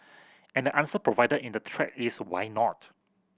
and answer provided in the thread is why not